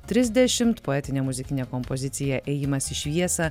trisdešimt poetinė muzikinė kompozicija ėjimas į šviesą